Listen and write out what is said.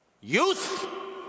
Youth